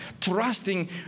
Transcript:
trusting